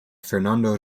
fernando